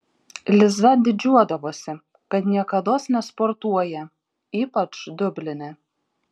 liza didžiuodavosi kad niekados nesportuoja ypač dubline